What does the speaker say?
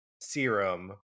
serum